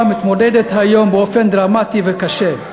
יבשת אירופה מתמודדת היום באופן דרמטי וקשה,